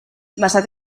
basat